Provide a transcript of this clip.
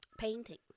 paintings